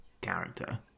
character